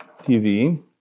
TV